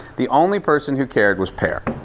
the only person who cared was per.